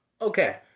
okay